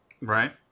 Right